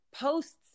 posts